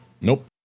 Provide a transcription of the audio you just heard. Nope